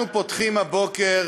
אנחנו פותחים הבוקר